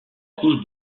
couche